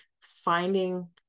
finding